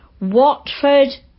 Watford